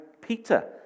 Peter